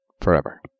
forever